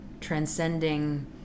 transcending